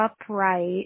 upright